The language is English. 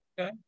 Okay